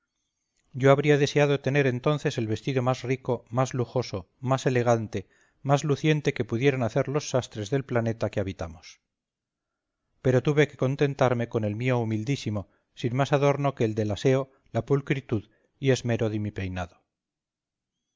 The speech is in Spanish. yo habría deseado tener entonces el vestido más rico más lujoso más elegante más luciente que pudieran hacer los sastres del planeta que habitamos pero tuve que contentarme con el mío humildísimo sin más adorno que el del aseo la pulcritud y esmero de mi peinado